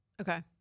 Okay